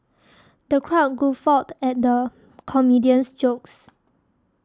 the crowd guffawed at the comedian's jokes